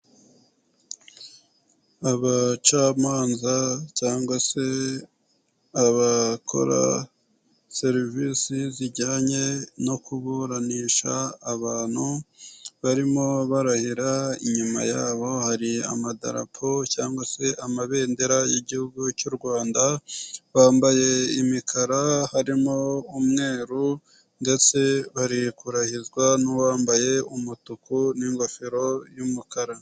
Abacamanza cyangwa se abakora serivisi zijyanye no kuburanisha abantu barimo barahira, inyuma yabo hari amadarapo cyangwa se amabendera y'igihugu cy'u Rwanda, bambaye imikara harimo umweru ndetse bari kurahizwa n'uwambaye umutuku n'ingofero y'umukara.